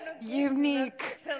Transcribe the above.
Unique